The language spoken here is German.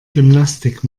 gymnastik